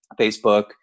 Facebook